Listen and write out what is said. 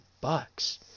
bucks